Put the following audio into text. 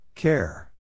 Care